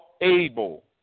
able